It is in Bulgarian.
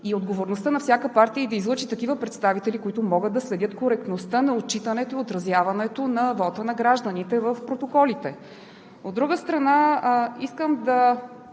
и отговорността на всяка партия е да излъчи такива представители, които могат да следят коректността на отчитането и отразяването на вота на гражданите в протоколите. От друга страна, искам да